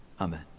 Amen